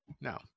No